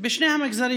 בשני המגזרים.